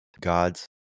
God's